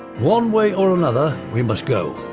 one way or another, we must go.